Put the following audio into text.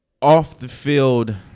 off-the-field